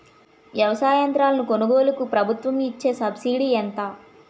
వ్యవసాయ యంత్రాలను కొనుగోలుకు ప్రభుత్వం ఇచ్చే సబ్సిడీ ఎంత?